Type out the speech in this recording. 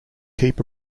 keep